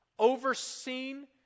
overseen